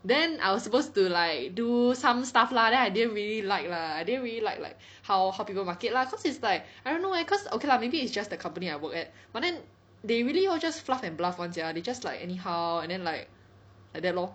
then I was supposed to like do some stuff lah then I didn't really like lah I didn't really like like how how people market lah cause it's like I don't know eh cause okay lah maybe it's just the company I work at but then they really hor just fluff and bluff one sia they just like anyhow and then like like that lor